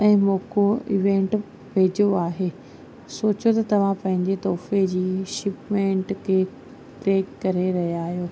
ऐं मौक़ो इवेंट वेझो आहे सोचियो त तव्हां पंहिंजे तोहफ़े जी शिपमेंट खे ट्रेक करे रहिया आहियो